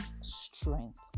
strength